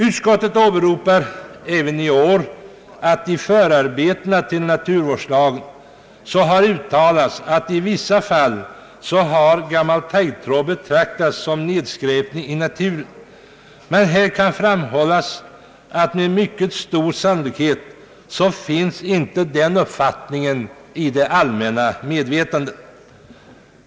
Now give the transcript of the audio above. Utskottet åberopar även i år att i förarbetena till naturvårdslagen har uttalats att i vissa fall gammal taggtråd har betraktats som nedskräpning i naturen. Med mycket stor sannolikhet kan sägas att den uppfattningen inte finns i det allmänna medvetandet.